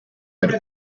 had